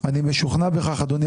וזאת משכורת בסיסית ביותר ביחס לעבודה.